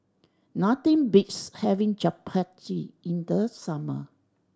nothing beats having Japchae in the summer